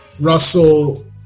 Russell